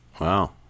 Wow